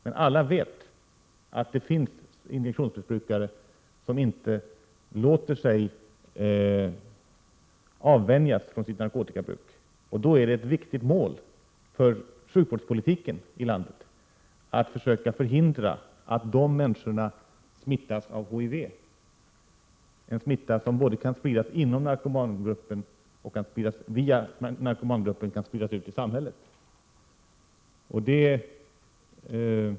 Men alla vet att det finns injektionsmissbrukare som inte låter sig avvänjas från sitt narkotikabruk. Då är det ett viktigt mål för sjukvårdspolitiken i landet att försöka förhindra att de människorna smittas av HIV, en smitta som kan spridas både inom narkomangruppen och via narkomangruppen ut i samhället.